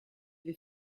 vais